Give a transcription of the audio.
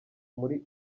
muri